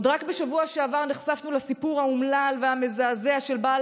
רק בשבוע שעבר נחשפנו לסיפור האומלל והמזעזע של בעל